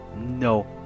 No